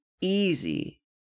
easy